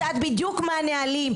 אני יודעת בדיוק מהם הנהלים.